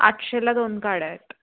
आठशेला दोन काड्या आहेत